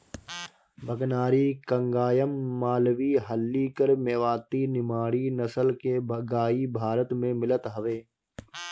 भगनारी, कंगायम, मालवी, हल्लीकर, मेवाती, निमाड़ी नसल के गाई भारत में मिलत हवे